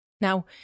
Now